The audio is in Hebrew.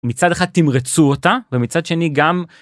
מצד אחד תמרצו אותה ומצד שני גם.